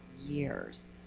years